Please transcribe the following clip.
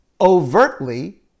overtly